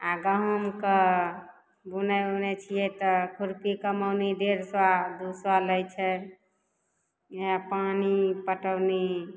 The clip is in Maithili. आ गहूॅंमके बुनै उनै छियै तऽ खुरपी कमौनी डेढ़ सए रूपा लै छै इएह पानि पटौनी